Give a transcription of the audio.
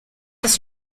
des